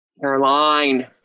Caroline